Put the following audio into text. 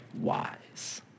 wise